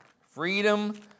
Freedom